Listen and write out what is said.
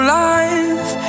life